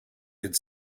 could